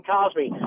Cosby